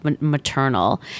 maternal